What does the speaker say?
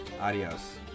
Adios